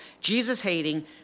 Jesus-hating